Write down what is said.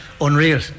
unreal